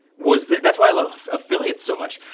was that's why i love affiliate so much.